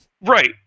Right